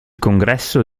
congresso